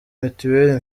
mituweli